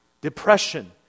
depression